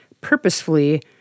purposefully